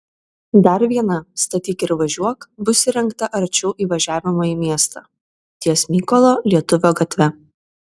dar viena statyk ir važiuok bus įrengta arčiau įvažiavimo į miestą ties mykolo lietuvio gatve